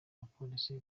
abapolisi